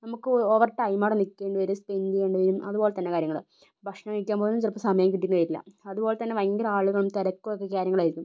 നമുക്ക് ഓവർടൈമ് അവിടെ നിക്കേണ്ടി വരും സ്പെൻഡ് ചെയ്യേണ്ടി വരും അതുപോലെ തന്നെ കാര്യങ്ങള് ഭക്ഷണം കഴിക്കാൻ പോലും ചിലപ്പോൾ സമയം കിട്ടിയെന്ന് വരില്ല അതുപോലെ തന്നെ ഭയങ്കര ആളുകളും തിരക്കൊക്കെ കാര്യങ്ങൾ ആയിരിക്കും